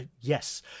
Yes